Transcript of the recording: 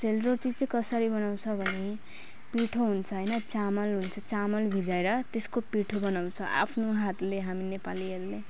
सेलरोटी चाहिँ कसरी बनाउँछ भने मिठो हुन्छ चामल हुन्छ चामल भिजाएर त्यसको पिठो बनाउँछ आफ्नो हातले हामी नेपालीहरूले